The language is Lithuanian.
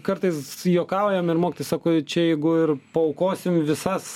kartais juokaujam ir mokytojai sako čia jeigu ir paaukosim visas